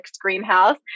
greenhouse